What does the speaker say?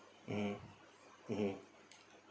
mm mmhmm